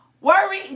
Worry